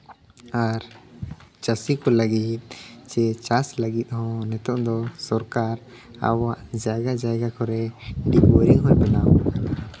ᱟᱨ ᱪᱟᱹᱥᱤ ᱠᱚ ᱞᱟᱹᱜᱤᱫ ᱥᱮ ᱪᱟᱥ ᱞᱟᱹᱜᱤᱫ ᱦᱚᱸ ᱱᱤᱛᱚᱜ ᱫᱚ ᱥᱚᱨᱠᱟᱨ ᱟᱵᱚᱣᱟᱜ ᱡᱟᱭᱜᱟ ᱡᱟᱭᱜᱟ ᱠᱚᱨᱮᱭ ᱵᱳᱨᱤᱝ ᱦᱚᱸ ᱵᱮᱱᱟᱣ ᱟᱠᱚ ᱠᱟᱱᱟ